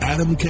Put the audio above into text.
Adam